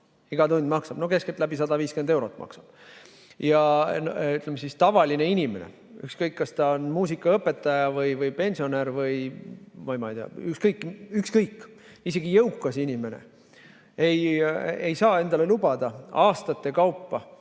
iga tund maksab, see maksab keskeltläbi 150 eurot. Tavaline inimene, ükskõik, kas ta on muusikaõpetaja või pensionär või ma ei tea, ükskõik, isegi jõukas inimene, ei saa endale lubada aastate kaupa